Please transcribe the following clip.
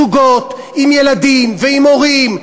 זוגות עם ילדים ועם הורים,